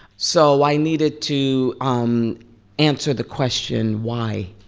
so i needed to um answer the question why?